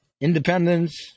independence